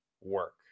work